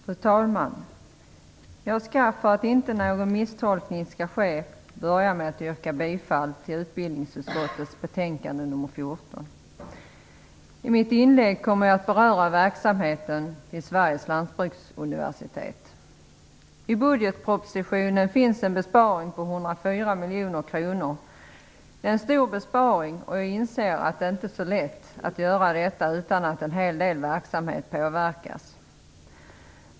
Fru talman! För att det inte skall ske någon misstolkning skall jag börja med att yrka bifall till hemställan i utbildningsutskottets betänkande nr 14. I mitt inlägg kommer jag att beröra verksamheten vid Sveriges lantbruksuniversitet. I budgetpropositionen finns en besparing på 104 miljoner kronor. Det är en stor besparing, och jag inser att det inte är så lätt att genomföra denna utan att en hel del verksamhet påverkas.